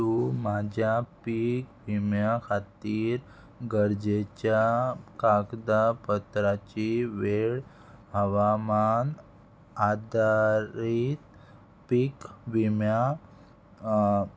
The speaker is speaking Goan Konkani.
तूं म्हाज्या पीक विम्या खातीर गरजेच्या कागदापत्राची वेळ हवामान आदारीत पीक विम्या